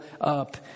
up